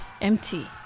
empty